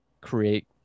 create